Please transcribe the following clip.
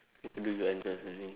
what do you enjoy exercising